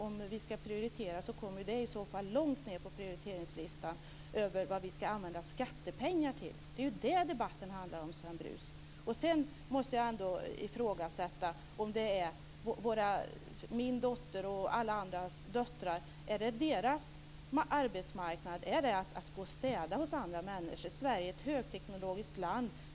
Om vi ska prioritera kommer detta långt ned på listan över vad vi ska använda skattepengar till. Det är det som debatten handlar om, Jag måste också ifrågasätta om det är en arbetsmarknad för min dotter och alla andras döttrar att gå och städa hos andra människor. Sverige är ett högteknologiskt land.